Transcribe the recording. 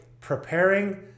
preparing